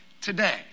today